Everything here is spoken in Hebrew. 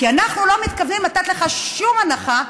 כי אנחנו לא מתכוונים לתת לך שום הנחה,